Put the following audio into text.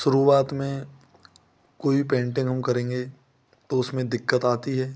शुरुआत में कोई भी पेंटिंग हम करेंगे तो उसमें दिक्कत आती है